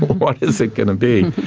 what is it going to be?